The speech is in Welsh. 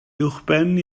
uwchben